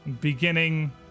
Beginning